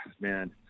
man